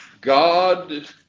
God